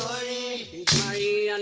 a a and